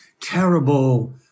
terrible